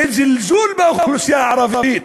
זה זלזול באוכלוסייה הערבית,